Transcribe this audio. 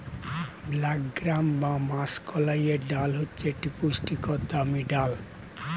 black gram বা মাষকলাইয়ের ডাল হচ্ছে একটি পুষ্টিকর দামি ডাল